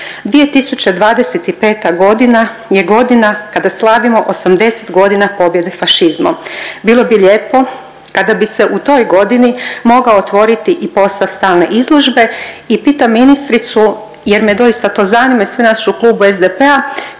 2025. godina je godina kada slavimo 80 godina pobjede fašizma. Bilo bi lijepo kada bi se u toj godini mogao otvoriti i postav stalne izložbe i pitam ministricu jer me doista to zanima i sve nas u Klubu SDP-a